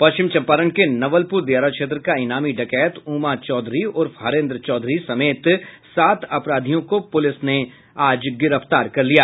पश्चिम चंपारण के नवलपुर दियारा क्षेत्र का इनामी डकैत उमा चौधरी उर्फ हरेन्द्र चौधरी समेत सात अपराधियों को पुलिस ने गिरफ्तार कर लिया